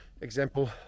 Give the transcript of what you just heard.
example